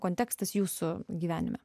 kontekstas jūsų gyvenime